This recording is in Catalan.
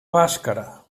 bàscara